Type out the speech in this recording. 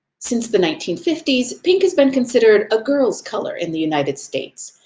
since the nineteen fifty s, pink has been considered a girl's color in the united states,